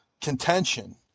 contention